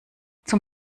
zum